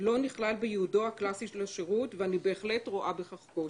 לא נכלל בייעודו הקלסי של השירות ואני בהחלט רואה בכך קושי,